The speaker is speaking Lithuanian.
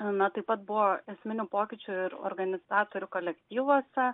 na taip pat buvo esminių pokyčių ir organizatorių kolektyvuose